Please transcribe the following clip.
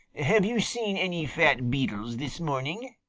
have you seen any fat beetles this morning?